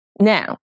Now